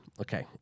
okay